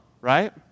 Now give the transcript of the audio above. right